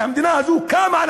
לפני שהמדינה הזאת קמה,